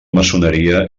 maçoneria